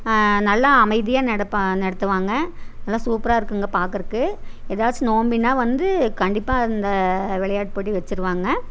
நல்லா அமைதியாக நடப்பாங்க நடத்துவாங்க நல்லா சூப்பராக இருக்குங்க பார்க்குறக்கு எதாச்சும் நோம்பின்னா வந்து கண்டிப்பாக இந்த விளையாட்டு போட்டி வச்சுருவாங்க